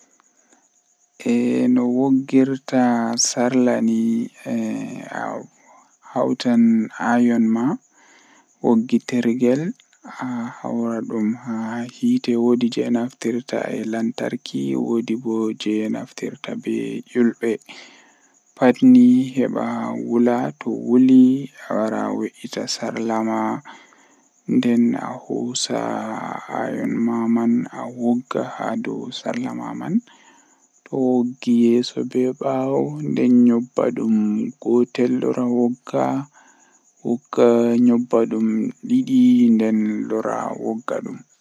Haa less ndiyan mi wawan mi joga pofde am jei minti dido minti didi laatan cappan e jweego jweego gud didi laata temerre e nogas sekan temmere e nogas.